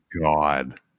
God